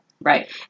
Right